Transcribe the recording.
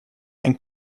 and